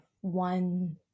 one